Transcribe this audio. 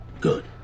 Good